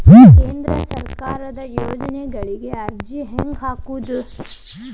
ಕೇಂದ್ರ ಸರ್ಕಾರದ ಯೋಜನೆಗಳಿಗೆ ಅರ್ಜಿ ಹೆಂಗೆ ಹಾಕೋದು?